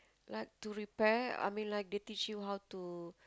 like to repair I mean like they teach you how to